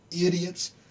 idiots